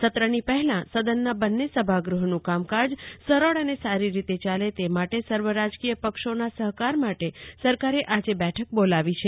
સત્ર પહેલા સદનના બંને સભાગ્રહનું કામકાજ સરળ અને સારી રીતે ચાલે તે માટે સર્વ રાજકીય પક્ષોના સહકાર માટે સરકારે આજે બેઠક બોલાવી છે